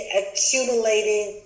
accumulating